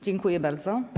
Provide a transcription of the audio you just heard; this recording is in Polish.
Dziękuję bardzo.